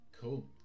Cool